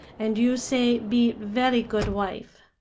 and you say be very good wife.